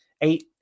eight